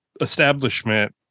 establishment